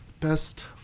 best